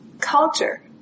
culture